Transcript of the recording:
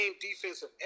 defensive